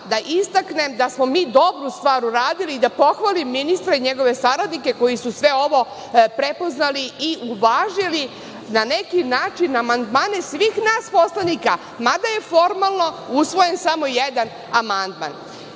da istaknem da smo mi dobru stvar uradili i da pohvalim ministra i njegove saradnike koji su sve ovo prepoznali i uvažili, na neki način amandmane svih nas poslanika, mada je formalno usvojen samo jedan amandman.I